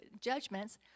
judgments